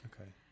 Okay